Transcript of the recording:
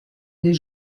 les